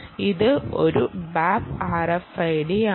ഇത് ഒരു ബാപ്പ് RFID ആണ്